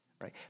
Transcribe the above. right